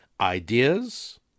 ideas